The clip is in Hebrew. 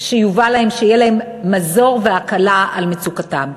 שיהיו להם מזור והקלה של מצוקתם.